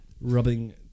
rubbing